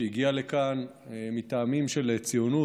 שהגיע לכאן מטעמים של ציונות,